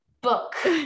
book